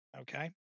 okay